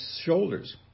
shoulders